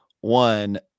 one